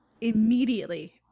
immediately